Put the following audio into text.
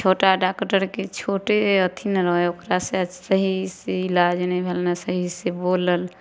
छोटा डॉक्टरके छोटे अथी नहि रहै ओकरासे सहीसे इलाज नहि भेल नहि सहीसे बोलल